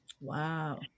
Wow